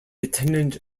attendant